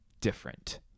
different